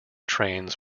trains